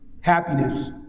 happiness